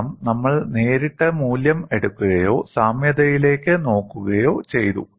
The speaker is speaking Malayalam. കാരണം നമ്മൾ നേരിട്ട് മൂല്യം എടുക്കുകയോ സാമ്യതയിലേക്ക് നോക്കുകയോ ചെയ്തു